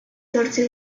zortzi